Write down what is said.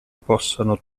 possano